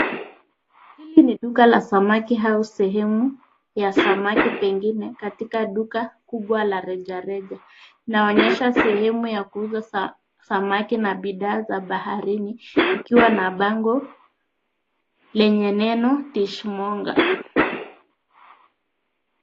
Hii ni duka la samaki au sehemu ya samaki pengine katika duka kubwa la rejareja. Inaonyesha sehemu ya kuuza samaki na bidhaa za baharini ikiwa na bango lenye neno, ishmonger[cs.